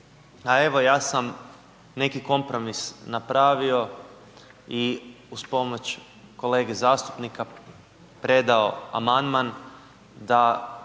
a evo ja sam neki kompromis napravio i uz pomoć kolege zastupnika predao amandman da